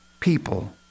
people